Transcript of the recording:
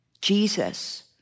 Jesus